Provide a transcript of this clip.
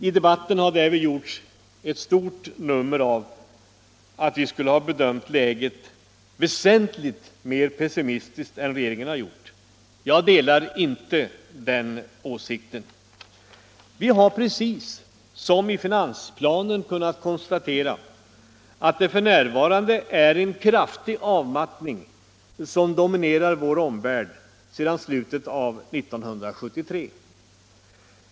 I debatten har härvid gjorts ett stort nummer av att vi skulle ha bedömt läget väsentligt mer pessimistiskt än regeringen har gjort. Jag delar inte den åsikten. Vi har, precis som man gjort i finansplanen, kunnat konstatera att f. n. en kraftig avmattning dominerar vår omvärld sedan slutet av 1973.